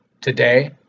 today